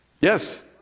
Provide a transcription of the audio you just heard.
Yes